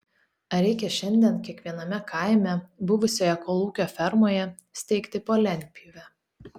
ar reikia šiandien kiekviename kaime buvusioje kolūkio fermoje steigti po lentpjūvę